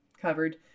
covered